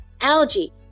algae